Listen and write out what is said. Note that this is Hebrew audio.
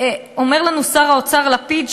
אומר לנו שר האוצר לפיד,